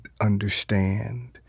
understand